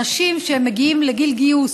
אנשים שמגיעים לגיל גיוס